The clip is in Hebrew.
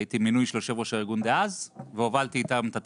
הייתי מינוי של יושב ראש הארגון דאז והובלתי איתם את התהליך.